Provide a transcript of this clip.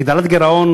הגדלת גירעון,